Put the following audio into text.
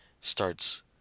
Starts